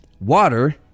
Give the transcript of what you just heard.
water